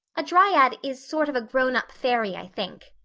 a dryad is sort of a grown-up fairy, i think.